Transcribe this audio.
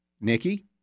Nikki